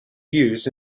views